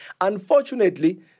unfortunately